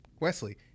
Wesley